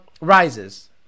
rises